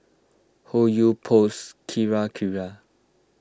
Hoyu Post Kirei Kirei